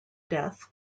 death